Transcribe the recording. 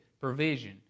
provision